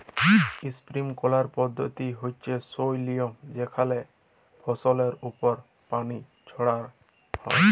sprinkler পদ্ধতি হচ্যে সই লিয়ম যেখানে ফসলের ওপর পানি ছড়ান হয়